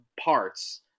parts